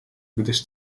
gdyż